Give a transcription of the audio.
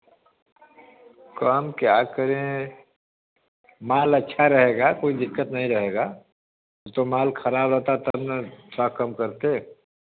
कम क्या करें माल अच्छा रहेगा कोई दिक्कत नहीं रहेगा तो माल ख़राब रहता तो हम लोग क्या कम करते